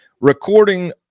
recording